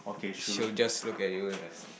should just look at you isn't